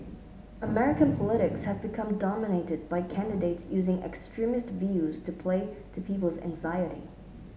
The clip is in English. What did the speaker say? American politics have become dominated by candidates using extremist views to play to people's anxiety